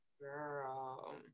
girl